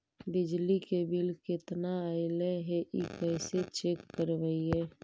बिजली के बिल केतना ऐले हे इ कैसे चेक करबइ?